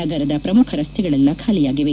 ನಗರದ ಶ್ರಮುಖ ರಸ್ತೆಗಳೆಲ್ಲ ಖಾಲಿಯಾಗಿವೆ